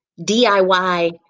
DIY